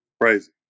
Crazy